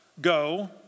Go